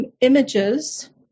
images